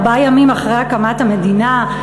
ארבעה ימים אחרי הקמת המדינה,